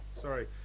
sorry